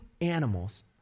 animals